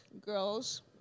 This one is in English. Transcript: girls